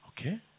Okay